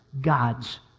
God's